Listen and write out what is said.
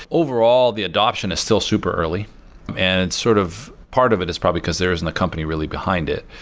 overall, the adoption is still super early and sort of part of it is probably because there isn't company really behind it.